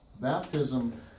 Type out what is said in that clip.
Baptism